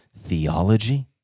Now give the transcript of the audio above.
theology